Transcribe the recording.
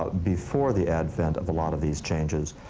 ah before the advent of a lot of these changes,